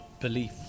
belief